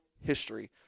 history